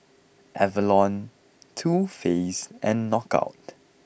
Avalon Too Faced and Knockout